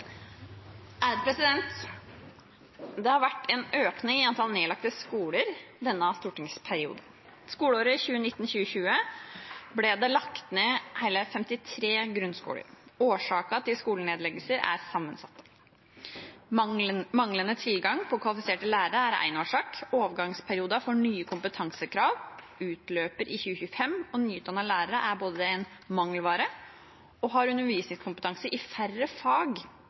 har vært en økning i antall nedlagte skoler denne stortingsperioden. Skoleåret 2019–2020 ble det lagt ned hele 53 grunnskoler. Årsakene til skolenedleggelser er sammensatte. Manglende tilgang på kvalifiserte lærere er én årsak. Overgangsperioden for nye kompetansekrav utløper i 2025 og nyutdannede lærere er